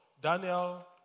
Daniel